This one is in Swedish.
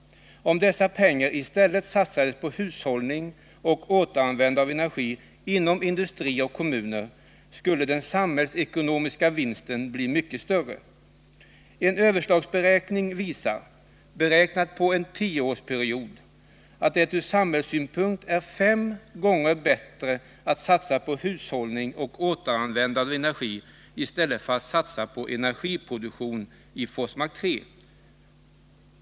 Om dessa pengar i stället satsades på hushållning och återanvändning av energi inom industri och kommuner skulle den samhällsekonomiska vinsten bli mycket större. En överslagsberäkning visar att det under en tioårsperiod ur samhällssynpunkt är fem gånger billigare att satsa på hushållning och återanvändning av energi i stället för att satsa på energiproduktion i Forsmark 3.